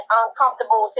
uncomfortable